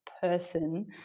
person